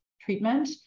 treatment